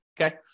okay